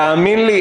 תאמין לי.